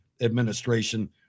administration